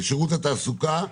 שירות התעסוקה,